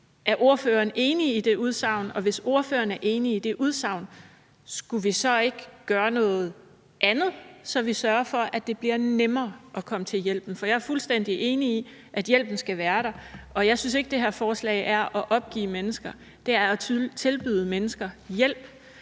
Er ordføreren enig i det udsagn, og hvis ordføreren er enig i det udsagn, skulle vi så ikke gøre noget andet, så vi sørger for, at det bliver nemmere at komme frem til hjælpen? Jeg er fuldstændig enig i, at hjælpen skal være der, og jeg synes ikke, at det her forslag er et udtryk for, at man opgiver mennesker. Det er at tilbyde mennesker hjælp;